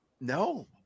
no